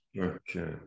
Okay